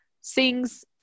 sings